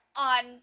on